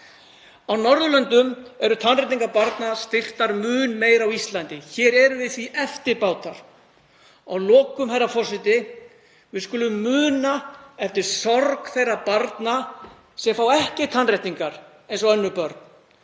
Á Norðurlöndum eru tannréttingar barna styrktar mun meiri á Íslandi. Hér erum við eftirbátar. Að lokum, herra forseti: Við skulum muna eftir sorg þeirra barna sem fá ekki tannréttingar eins og önnur börn.